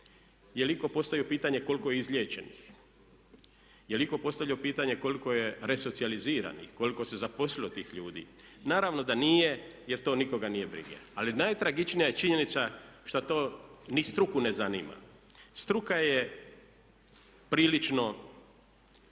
Je li itko postavio pitanje koliko je izliječenih? Je li itko postavio pitanje koliko je resocijaliziranih, koliko se zaposlilo tih ljudi? Naravno da nije jer to nikoga nije briga. Ali najtragičnija je činjenica što to ni struku ne zanima. Struka je prilično